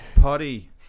Potty